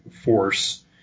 force